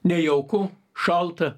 nejauku šalta